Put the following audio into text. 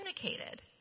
communicated